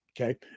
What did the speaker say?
okay